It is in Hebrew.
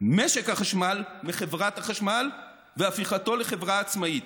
משק החשמל מחברת החשמל והפיכתו לחברה עצמאית.